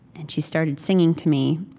and she started singing to me.